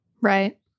right